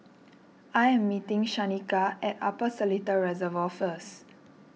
I am meeting Shanika at Upper Seletar Reservoir first